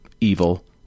evil